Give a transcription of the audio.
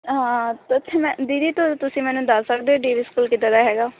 ਦੀਦੀ ਤੁੰ ਤੁਸੀਂ ਮੈਨੂੰ ਦੱਸ ਸਕਦੇ ਡੀ ਏ ਵੀ ਸਕੂਲ ਕਿੱਦਾਂ ਦਾ ਹੈਗਾ